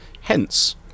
Hence